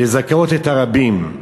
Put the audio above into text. לזכות את הרבים.